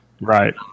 Right